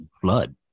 flood